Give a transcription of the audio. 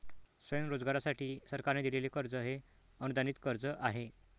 स्वयंरोजगारासाठी सरकारने दिलेले कर्ज हे अनुदानित कर्ज आहे